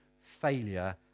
failure